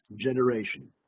generation